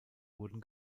wurden